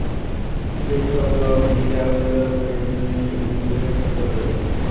যে ছব লক গিলা অল্য লকের জ্যনহে ইলভেস্ট ক্যরে